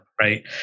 right